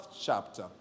chapter